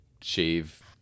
shave